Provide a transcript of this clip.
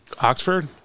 Oxford